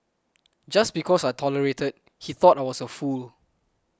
just because I tolerated he thought I was a fool